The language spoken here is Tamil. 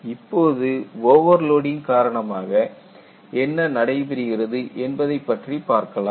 இப்போது ஓவர்லோடிங் காரணமாக என்ன நடைபெறுகிறது என்பதைப்பற்றி பார்க்கலாம்